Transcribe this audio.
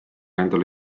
endale